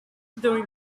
during